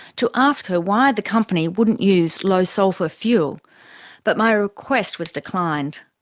to ask her why the company wouldn't use low sulphur fuel but my request was declined.